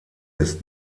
ist